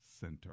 Center